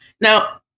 Now